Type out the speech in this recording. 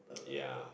ya